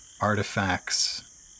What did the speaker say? artifacts